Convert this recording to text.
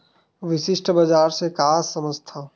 विशिष्ट बजार से का समझथव?